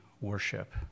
worship